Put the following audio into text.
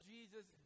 Jesus